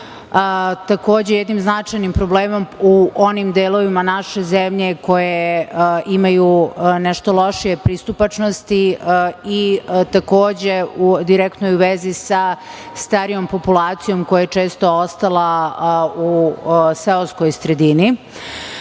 takođe jednim značajnim problemom u onim delovima naše zemlje koji imaju nešto lošiju pristupačnost i takođe u direktnoj vezi sa starijom populacijom koja je često ostala u seoskoj sredini. Kada